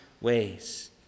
ways